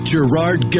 Gerard